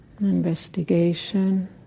investigation